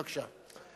בבקשה.